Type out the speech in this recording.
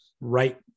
right